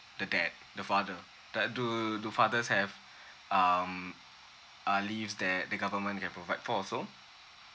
the dad the father that do do fathers have um uh leave that the government can provide for also